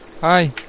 Hi